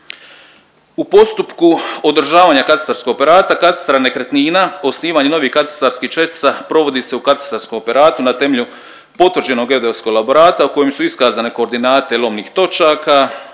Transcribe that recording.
U postupku održavanja katastarskog operata katastra nekretnina, osnivanju novih katastarskih čestica provodi se u katastarskom operatu na temelju potvrđenog geodetskog elaborata u kojem su iskazane koordinate lomnih točaka,